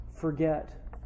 forget